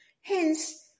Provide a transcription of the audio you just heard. Hence